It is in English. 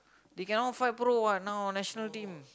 they cannot fight pro what national team